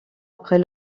après